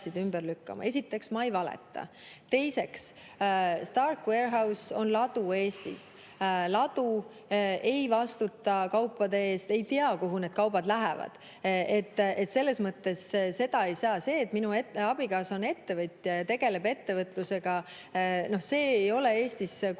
ümber lükkama. Esiteks, ma ei valeta. Teiseks, Stark Warehousing on ladu Eestis. Ladu ei vastuta kaupade eest, ta ei tea, kuhu need kaubad lähevad. Selles mõttes seda ei saa … [Esiteks] see, et minu abikaasa on ettevõtja, tegeleb ettevõtlusega – see ei ole Eestis kuidagi